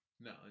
No